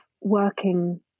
working